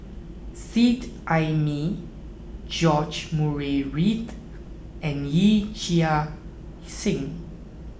Seet Ai Mee George Murray Reith and Yee Chia Hsing